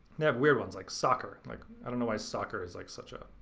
have weird ones like soccer. like, i don't know why soccer is like such a,